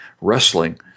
wrestling